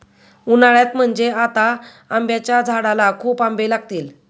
उन्हाळ्यात म्हणजे आता आंब्याच्या झाडाला खूप आंबे लागतील